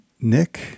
Nick